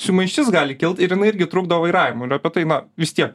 sumaištis gali kilt ir jinai irgi trukdo vairavimui ir apie tai man vis tiek